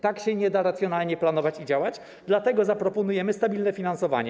Tak się nie da racjonalnie planować i działać, dlatego zaproponujemy stabilne działanie.